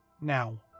Now